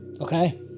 Okay